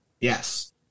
Yes